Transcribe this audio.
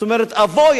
זאת אומרת, אבוי.